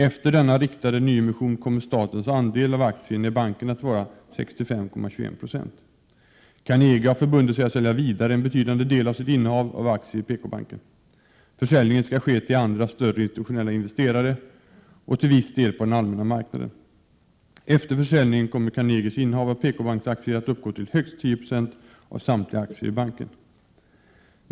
Efter denna riktade nyemission kommer statens andel av aktierna i banken att vara 65,21 96. Carnegie har förbundit sig att sälja vidare en betydande del av sitt innehav av aktier i PKbanken. Försäljningen skall ske till andra större institutionella investerare och till viss del på den allmänna marknaden. Efter försäljningen kommer Carnegies innehav av PK-banksaktier att uppgå till högst 10 976 av samtliga aktier i banken.